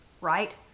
right